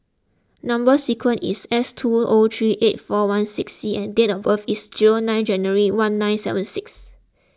Number Sequence is S two O three eight four one six C and date of birth is zero nine January one nine seven six